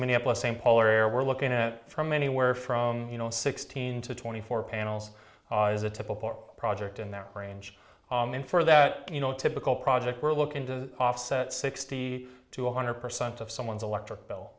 minneapolis st paul or we're looking at from anywhere from you know sixteen to twenty four panels or project in that range and for that you know typical project we're looking to offset sixty to one hundred percent of someone's electric bill